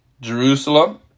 Jerusalem